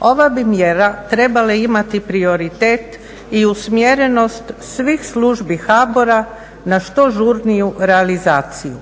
Ova bi mjera trebala imati prioritet i usmjerenost svih službi HBOR-a na što žurniju realizaciju.